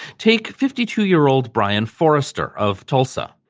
take fifty two year old brian forrester of tulsa,